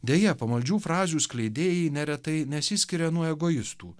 deja pamaldžių frazių skleidėjai neretai nesiskiria nuo egoistų